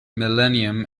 millennium